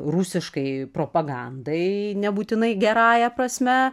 rusiškai propagandai nebūtinai gerąja prasme